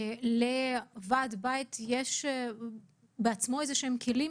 לוועד בית יש בעצמו כלים?